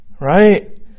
Right